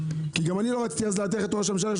כי גם אני לא רציתי אז להטריח את ראש הממשלה,